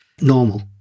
normal